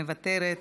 מוותרת,